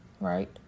right